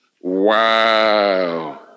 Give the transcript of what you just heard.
wow